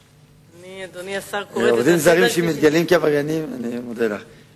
עקרוני של הוועדה לתכנון ובנייה לבניין וחניון תת-קרקעי